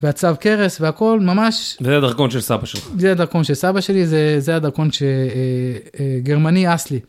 והצלב קרס והכל ממש. זה הדרכון של סבא שלי. זה הדרכון של סבא שלי, זה הדרכון של גרמני אסלי.